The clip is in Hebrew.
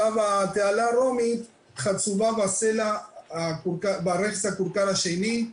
התעלה הרומית חצובה בסלע ברכס הכורכר השני,